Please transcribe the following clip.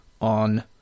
on